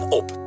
op